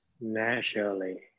naturally